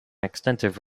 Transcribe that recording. extensive